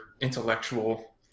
intellectual